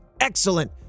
excellent